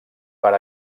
per